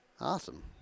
Awesome